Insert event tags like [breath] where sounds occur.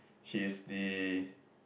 he's the [breath]